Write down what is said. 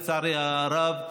לצערי הרב,